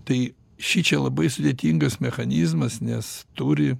tai šičia labai sudėtingas mechanizmas nes turi